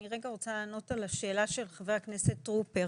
אני רוצה לענות על השאלה של חבר הכנסת טרופר.